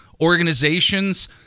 organizations